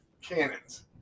Cannons